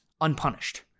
unpunished